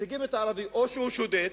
מציגים את הערבי או שהוא שודד,